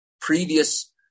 previous